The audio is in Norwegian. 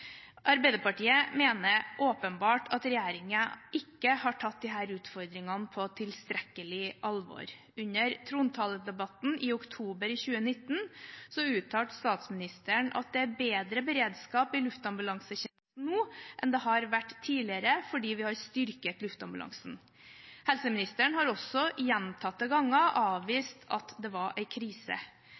Arbeiderpartiet mener åpenbart at regjeringen ikke har tatt disse utfordringene på tilstrekkelig alvor. Under trontaledebatten i oktober 2019 uttalte statsministeren at det er «bedre beredskap i luftambulansetjenesten nå enn det var tidligere, fordi vi har styrket luftambulansen». Helseministeren har også gjentatte ganger avvist at det var en krise.